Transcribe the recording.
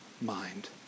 mind